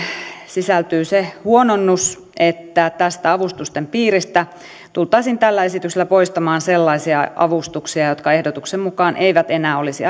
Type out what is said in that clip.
sisältyy se huononnus että avustusten piiristä tultaisiin tällä esityksellä poistamaan sellaisia avustuksia jotka ehdotuksen mukaan eivät enää olisi